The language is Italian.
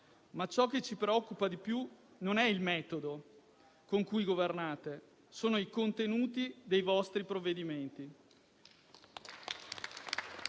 Ciò che ci preoccupa di più, però, non è il metodo con cui governate, ma sono i contenuti dei vostri provvedimenti.